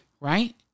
right